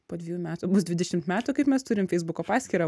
po dviejų metų bus dvidešimt metų kaip mes turim feisbuko paskyrą